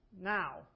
now